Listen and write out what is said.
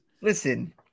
listen